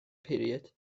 period